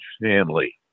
family